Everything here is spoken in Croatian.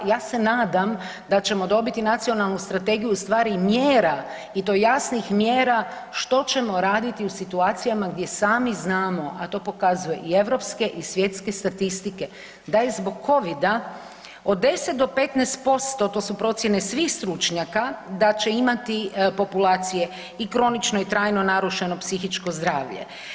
Ja se nadam da ćemo dobiti nacionalnu strategiju u stvari mjera i to jasnih mjera što ćemo raditi u situacijama gdje sami znamo, a to pokazuju i europske i svjetske statistike da je zbog covida od 10 do 15%, to su procijene svih stručnjaka, da će imati populacije i kronično i trajno narušeno psihičko zdravlje.